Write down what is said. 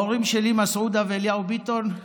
ההורים שלי, מסעודה ואליהו ביטון,